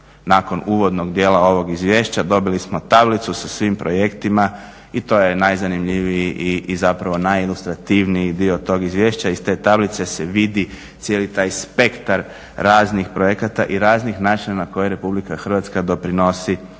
nakon uvodnog dijela ovog izvješća dobili smo tablicu sa svim projektima i to je najzanimljiviji i zapravo najilustrativniji dio tog izvješća. Iz te tablice se vidi cijeli taj spektar raznih projekata i raznih načina na koji RH doprinosi